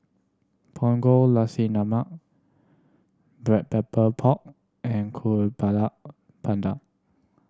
Punggol Nasi Lemak Black Pepper Pork and Kuih Bakar Pandan